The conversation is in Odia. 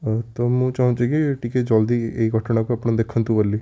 ତ ମୁଁ ଚାହୁଁଛିକି ଟିକିଏ ଜଲ୍ଦି ଏଇ ଘଟଣାକୁ ଆପଣ ଦେଖନ୍ତୁ ବୋଲି